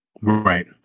Right